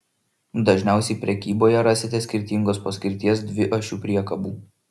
dažniausiai prekyboje rasite skirtingos paskirties dviašių priekabų